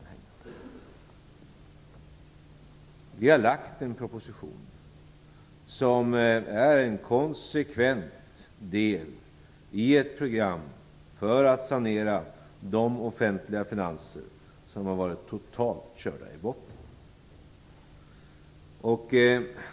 Vi har lagt en proposition som är en konsekvent del av ett program för att sanera de offentliga finanser som har varit totalt körda i botten.